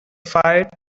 fire